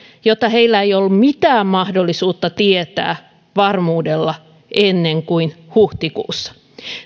jota heillä ei ollut mitään mahdollisuutta tietää varmuudella ennen kuin huhtikuussa